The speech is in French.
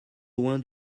loin